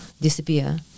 disappear